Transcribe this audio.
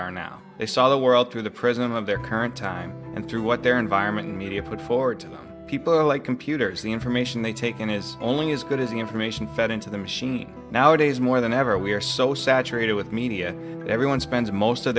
are now they saw the world through the prism of their current time and through what their environment media put forward to the people who like computers the information they take in is only as good as the information fed into the machine nowadays more than ever we are so saturated with media that everyone spends most of